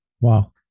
Wow